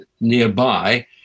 nearby